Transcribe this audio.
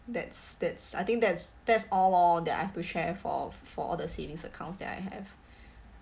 that's that's I think that's that's all lor that I have to share for for all the savings accounts that I have